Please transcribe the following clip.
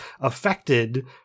affected